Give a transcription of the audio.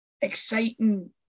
exciting